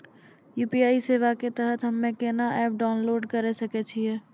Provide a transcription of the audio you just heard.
UPI सेवा के तहत हम्मे केना एप्प डाउनलोड करे सकय छियै?